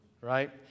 Right